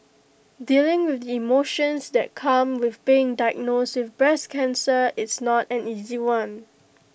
dealing with the emotions that come with being diagnosed with breast cancer is not an easy one